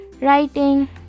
writing